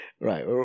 Right